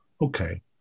Okay